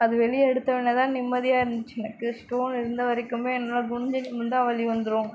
அது வெளியே எடுத்த ஒடன்னே தான் நிம்மதியாருந்துச்சு எனக்கு ஸ்டோன் இருந்தவரைக்கும் என்னால் குனிஞ்சு நிமிந்தா வலி வந்துடும்